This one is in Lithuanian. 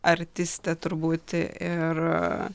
artistė turbūt ir